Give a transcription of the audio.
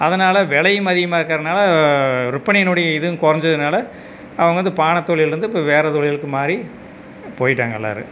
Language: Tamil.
அதனால விலையும் அதிகமாயிருக்கிறனால விற்பனையினுடைய இதுவும் குறஞ்சதுனால அவங்க வந்து பானை தொழிலிலிருந்து இப்போ வேறு தொழிலுக்கு மாறி போயிட்டாங்க எல்லோரும்